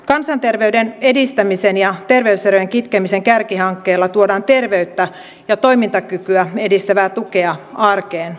kansanterveyden edistämisen ja terveyserojen kitkemisen kärkihankkeella tuodaan terveyttä ja toimintakykyä edistävää tukea arkeen